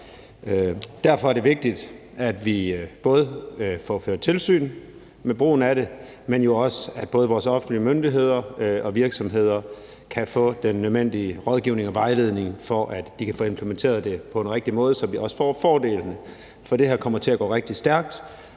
Derfor er det vigtigt, at vi både får ført tilsyn med brugen af det, men jo også at vores virksomheder og offentlige myndigheder kan få den nødvendige rådgivning og vejledning, for at de kan få implementeret det på en rigtig måde, så vi får fordelene. For det her kommer til at gå rigtig stærkt,